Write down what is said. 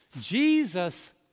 Jesus